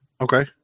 okay